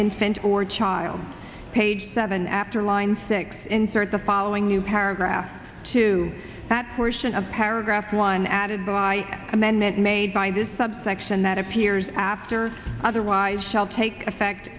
infant or child page seven after line six insert the following new paragraph to that portion of paragraph one added by amendment made by this subsection that appears after otherwise shall take effect